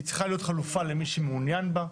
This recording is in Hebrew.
היא צריכה להיות חלופה למי שמעוניין בה.